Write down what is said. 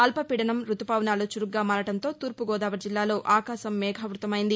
అల్పపీడనం రుతుపవనాలు చురుగ్గా మారడంతో తూర్పు గోదావరి జిల్లాలో ఆకాశం మేఘావృతమైంది